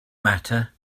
matter